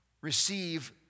receive